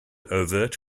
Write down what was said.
overt